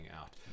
out